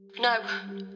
No